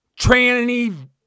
tranny